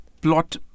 plot